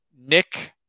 Nick